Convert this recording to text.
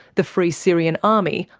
the free syrian army,